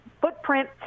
footprint